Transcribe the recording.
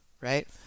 right